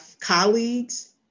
colleagues